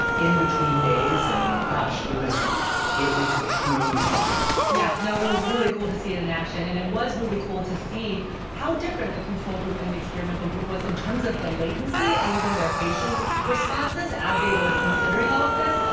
in between days, and gosh, it was it was true science. yeah, no, it was really cool to see it in action. and it was really cool to see how different the control group and the experimental group was in terms of the latency and even their facial responses, as they were considering all of this.